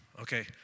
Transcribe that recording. Okay